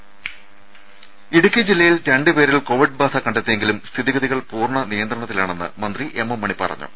ടെട്ടി ഇടുക്കി ജില്ലയിൽ രണ്ട് പേരിൽ കോവിഡ് ബാധ കണ്ടെത്തിയെങ്കിലും സ്ഥിതിഗതികൾ പൂർണ്ണനിയന്ത്രണ ത്തിലാണെന്ന് മന്ത്രി എം എം എണി പറഞ്ഞു